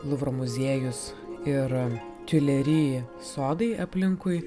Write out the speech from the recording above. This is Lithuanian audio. luvro muziejus ir tiuleri sodai aplinkui